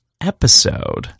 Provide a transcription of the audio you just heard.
episode